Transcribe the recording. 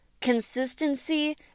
consistency